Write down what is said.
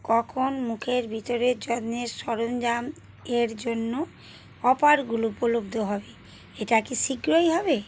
কখন মুখের ভিতরের যত্নের সরঞ্জাম এর জন্য অফারগুলো উপলব্ধ হবে এটা কি শীঘ্রই হবে